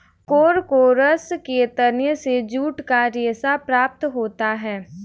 Corchorus के तने से जूट का रेशा प्राप्त होता है